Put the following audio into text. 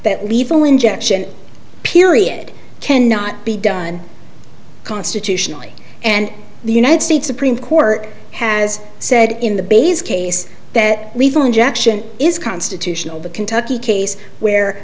that lethal injection period cannot be done constitutionally and the united states supreme court has said in the baze case that lethal injection is constitutional the kentucky case where